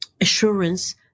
assurance